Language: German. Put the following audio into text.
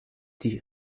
die